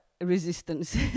resistance